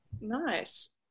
Nice